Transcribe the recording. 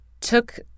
took